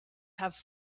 have